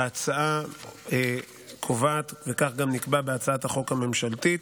ההצעה קובעת, וכך גם נקבע בהצעת החוק הממשלתית,